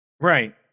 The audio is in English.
right